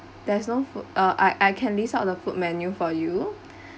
there's no food uh I I can list out the food menu for you